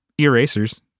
Erasers